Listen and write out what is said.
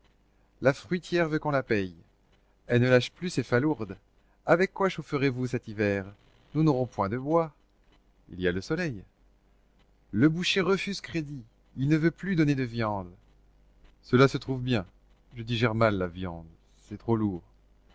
la fruitière veut qu'on la paye elle ne lâche plus ses falourdes avec quoi vous chaufferez vous cet hiver nous n'aurons point de bois il y a le soleil le boucher refuse crédit il ne veut plus donner de viande cela se trouve bien je digère mal la viande c'est trop lourd